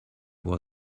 was